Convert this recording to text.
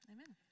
Amen